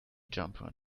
jumper